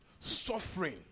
Suffering